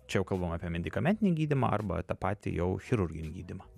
čia jau kalbam apie medikamentinį gydymą arba tą patį jau chirurginį gydymą